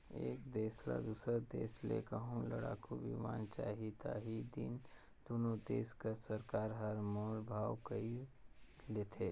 एक देस ल दूसर देस ले कहों लड़ाकू बिमान चाही ता ही दिन दुनो देस कर सरकार हर मोल भाव कइर लेथें